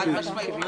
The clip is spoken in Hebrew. חד משמעית.